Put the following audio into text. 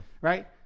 right